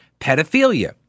pedophilia